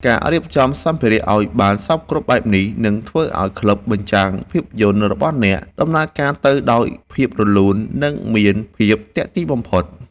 ការរៀបចំសម្ភារៈឱ្យបានសព្វគ្រប់បែបនេះ នឹងធ្វើឱ្យក្លឹបបញ្ចាំងភាពយន្តរបស់អ្នកដំណើរការទៅដោយភាពរលូន និងមានភាពទាក់ទាញបំផុត។